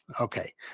okay